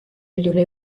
üldjuhul